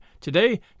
Today